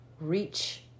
Reach